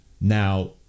Now